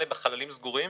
קורסים חוזרים,